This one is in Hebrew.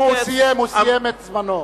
הוא סיים, הוא סיים את זמנו.